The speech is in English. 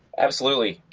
absolutely.